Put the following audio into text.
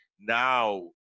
Now